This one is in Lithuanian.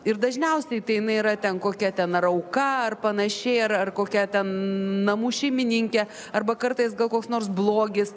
ir dažniausiai tai jinai yra ten kokia ten ar auka ar panašiai ar kokia ten namų šeimininkė arba kartais gal koks nors blogis